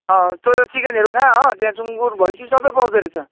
अँ तैँले चिकनहरू खा हो त्यहाँ सुङ्गुर भैँसी सबै पाउँदो रहेछ